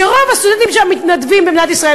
שרוב הסטודנטים שמתנדבים במדינת ישראל,